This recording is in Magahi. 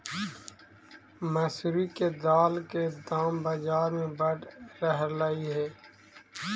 मसूरी के दाल के दाम बजार में बढ़ रहलई हे